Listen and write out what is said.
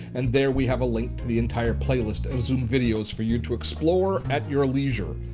and there we have a link to the entire playlist of zoom videos for you to explore at your leisure.